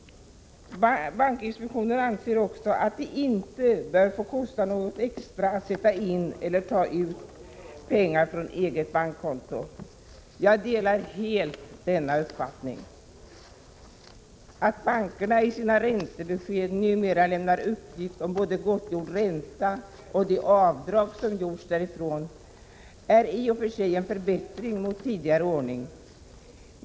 Bankinspektionen anser också att det inte bör få kosta något extra att sätta in pengar eller att ta ut pengar från eget bankkonto. Jag delar helt denna uppfattning. Att bankerna i sina räntebesked numera lämnar uppgifter om både gottgjord ränta och de avdrag som gjorts är i och för sig en förbättring jämfört med tidigare ordning.